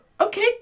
okay